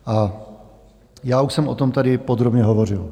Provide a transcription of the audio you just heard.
A já už jsem o tom tady podrobně hovořil.